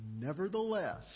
Nevertheless